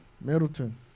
Middleton